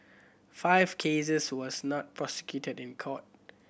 five cases was not prosecuted in court